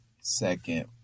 second